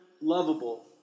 lovable